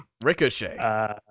Ricochet